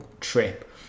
trip